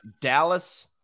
Dallas